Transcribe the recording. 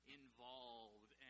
involved